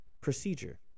procedure